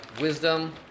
wisdom